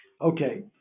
Okay